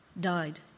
died